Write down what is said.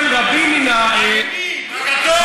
ובכן, רבים מן, הימין הגדול.